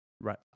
right